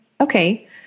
okay